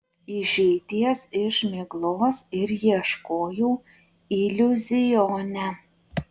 išeities iš miglos ir ieškojau iliuzione